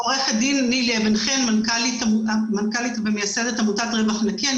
אני מנכ"לית ומייסדת עמותת רווח נקי.